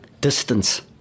distance